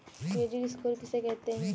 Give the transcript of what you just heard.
Credit score किसे कहते हैं?